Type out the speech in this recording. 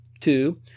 Two